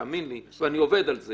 תאמין לי, אני עובד על זה